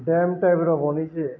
dam ଟାଇପ୍ର ବନେଇଛ